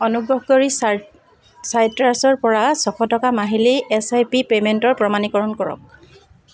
অনুগ্ৰহ কৰি চাইট্ৰাছৰ পৰা ছশ টকাৰ মাহিলী এছআইপি পে'মেণ্টৰ প্ৰমাণীকৰণ কৰক